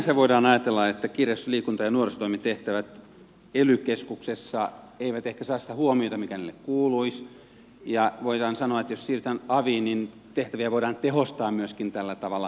sinänsä voidaan ajatella että kirjasto liikunta ja nuorisotoimen tehtävät ely keskuksessa eivät ehkä saa sitä huomiota mikä niille kuuluisi ja voidaan sanoa että jos siirrytään aviin niin tehtäviä voidaan myöskin tehostaa tällä tavalla